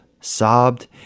sobbed